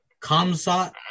Kamsat